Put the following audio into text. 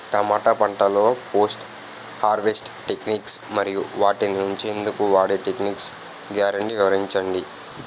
టమాటా పంటలో post harvest techniques మరియు వాటిని ఉంచెందుకు వాడే టెక్నిక్స్ గ్యారంటీ వివరించండి?